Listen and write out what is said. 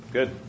Good